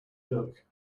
look